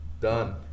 Done